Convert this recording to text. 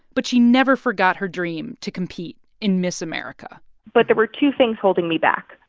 but she never forgot her dream to compete in miss america but there were two things holding me back.